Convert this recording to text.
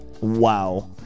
Wow